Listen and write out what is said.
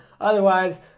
otherwise